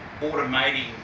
automating